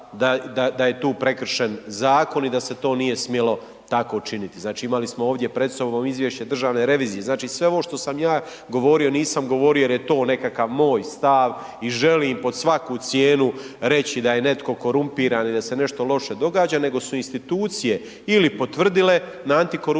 da je tu prekršen zakon i da se to nije smjelo tako činiti. Znači imali smo pred sobom izvješće državne revizije, znači sve ovo što sam ja govorio nisam govorio jer je to nekakav moj stav i želim pod svaku cijenu reći da je netko korumpiran i da se nešto loše događa, nego su institucije ili potvrdile na antikorupcijskom